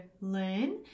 learn